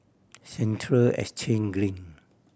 Central Exchange Green